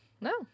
No